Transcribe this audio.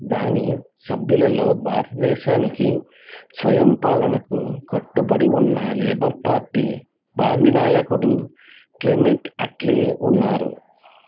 దాని సభ్యులలో భారతదేశానికి స్వయంపాలనకు కట్టుబడి ఉన్న లేబర్ పార్టీ భావి నాయకుడు క్లెమెట్ అట్లీ ఉన్నారు